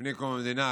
לפני קום המדינה,